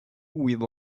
with